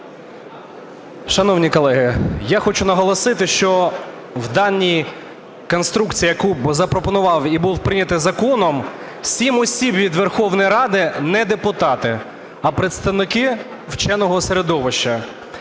Шановні колеги, я хочу наголосити, що в даній конструкції, яку запропонував і був прийнятий законом, сім осіб від Верховної Ради - не депутати, а представники вченого середовища.